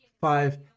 five